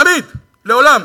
תמיד, לעולם.